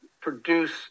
produce